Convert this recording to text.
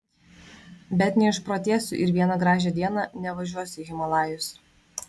bet neišprotėsiu ir vieną gražią dieną nevažiuosiu į himalajus